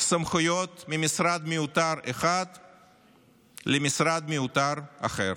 סמכויות ממשרד מיותר אחד למשרד מיותר אחר,